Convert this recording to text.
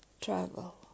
travel